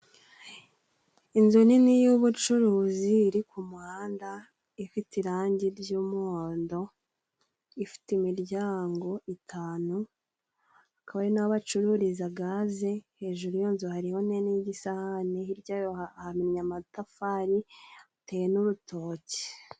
Inzu nini y'ubucuruzi iri ku muhanda ifite irangi ry'umuhondo. Ifite imiryango itanu akaba ari naho bacururiza gaze hejuru y'iyo inzu hari yo nteni y'igisahani hirya hamennye amatafari, hateye n'urutoki.